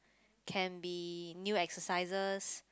can be new exercises